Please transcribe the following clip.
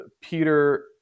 Peter